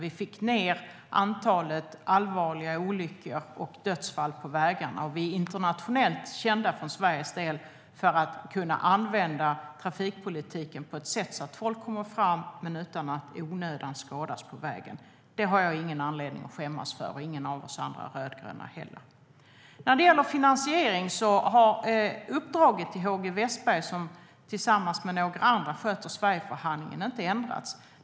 Vi fick ned antalet allvarliga olyckor och dödsfall på vägarna. Och vi är i Sverige internationellt kända för att kunna använda trafikpolitiken på ett sådant sätt att folk kommer fram men utan att i onödan skadas på vägen. Det har jag ingen anledning att skämmas för och inte heller några andra av oss rödgröna. När det gäller finansiering har uppdraget till HG Wessberg, som tillsammans med några andra sköter Sverigeförhandlingen, inte ändrats.